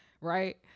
right